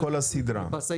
בכל הסדרה.